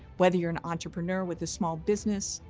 whether you're an entrepreneur with a small business,